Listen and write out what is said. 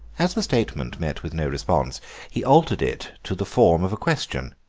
as the statement met with no response he altered it to the form of a question.